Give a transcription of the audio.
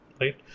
right